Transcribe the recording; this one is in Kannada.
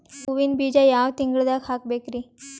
ಹೂವಿನ ಬೀಜ ಯಾವ ತಿಂಗಳ್ದಾಗ್ ಹಾಕ್ಬೇಕರಿ?